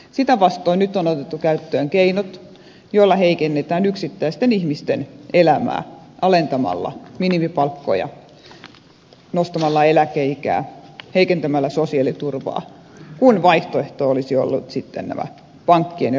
sitä vastoin nyt on otettu käyttöön keinot joilla heikennetään yksittäisten ihmisten elämää alentamalla minimipalkkoja nostamalla eläkeikää heikentämällä sosiaaliturvaa kun vaihtoehto olisi ollut pankkien ja rahoituslaitosten vastuu